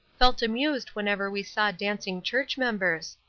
felt amused whenever we saw dancing church-members.